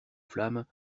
flammes